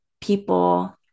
people